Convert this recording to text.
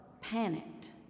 panicked